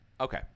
Okay